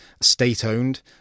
state-owned